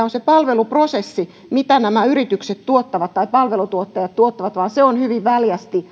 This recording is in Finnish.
on se palveluprosessi mitä nämä yritykset tuottavat tai palvelutuottajat tuottavat vaan se on hyvin väljästi